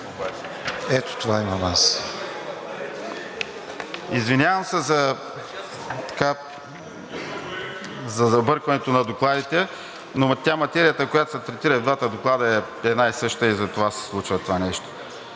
ГЕОРГИ ГЬОКОВ: Извинявам се за забъркването на докладите, но материята, която се третира и в двата доклада, е една и съща и затова се случва това нещо.